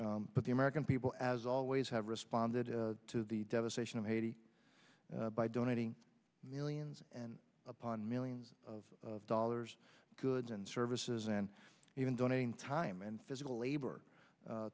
but the american people as always have responded to the devastation of haiti by donating millions upon millions of dollars goods and services and even donating time and physical labor